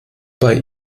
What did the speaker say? bei